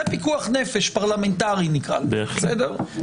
זה פיקוח נפש פרלמנטרי, נקרא לזה, בסדר?